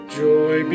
joy